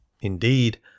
Indeed